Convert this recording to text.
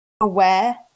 aware